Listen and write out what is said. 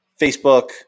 Facebook